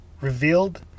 revealed